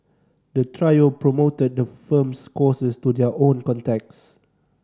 the trio promoted the firm's courses to their own contacts